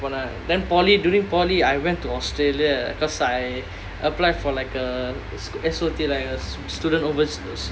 then polytechnic during polytechnic I went to australia because I apply for like a S_O_T like a student overseas